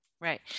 Right